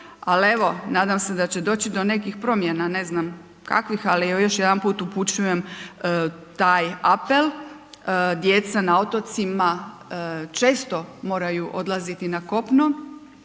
ali evo, nadam se da će doći do nekih promjena, ne znam kakvih ali još jedanput upućujem taj apel, djeca na otocima često moraju odlaziti na kopno